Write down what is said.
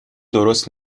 درست